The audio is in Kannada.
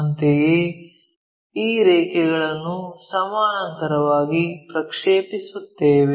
ಅಂತೆಯೇ ಈ ರೇಖೆಗಳನ್ನು ಸಮಾನಾಂತರವಾಗಿ ಪ್ರಕ್ಷೇಪಿಸುತ್ತೇವೆ